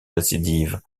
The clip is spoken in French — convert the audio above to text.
récidive